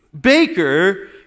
baker